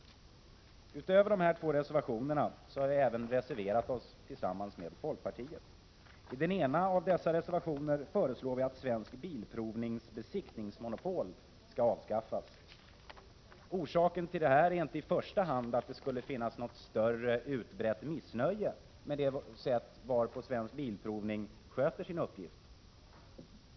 Utöver dessa två reservationer har vi även reserverat oss tillsammans med folkpartiet. I den ena av dessa reservationer föreslår vi att AB Svensk Bilprovnings besiktningsmonopol skall avskaffas. Orsaken till detta är inte i första hand att det skulle finnas något större allmänt missnöje med det sätt varpå Svensk Bilprovning sköter sin uppgift.